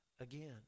again